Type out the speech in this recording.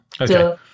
Okay